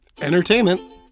entertainment